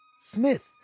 smith